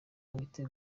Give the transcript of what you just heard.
wite